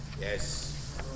Yes